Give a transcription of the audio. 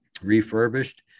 refurbished